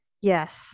Yes